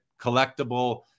collectible